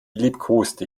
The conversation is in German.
liebkoste